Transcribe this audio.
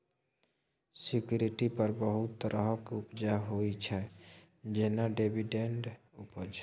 security पर बहुत तरहक उपजा होइ छै जेना डिवीडेंड उपज